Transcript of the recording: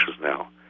now